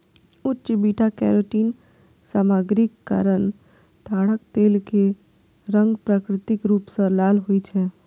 उच्च beta carotene सामग्रीक कारण ताड़क तेल के रंग प्राकृतिक रूप सं लाल होइ छै